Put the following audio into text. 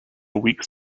weeks